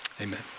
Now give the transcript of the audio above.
amen